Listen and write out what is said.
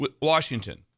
Washington